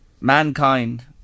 mankind